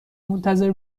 منتظر